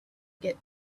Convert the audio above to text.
get